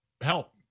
Help